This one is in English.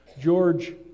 George